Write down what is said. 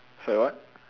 sorry what